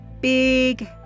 big